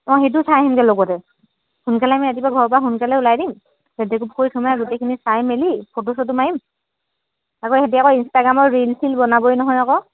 অঁ সেইটো চাই আহিমগৈ লগতে সোনকালে আমি ৰাতিপুৱা ঘৰৰ পৰা সোনকালে ওলাই দিম লেটেকু পুখুৰীত সোমাই গোটেইখিনি চাই মেলি ফটো চটো মাৰিম আক' ইহঁতি আক' ইনষ্টাগ্ৰামৰ ৰীল চীল বনাবই নহয় আক'